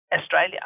Australia